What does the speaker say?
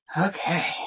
Okay